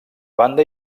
banda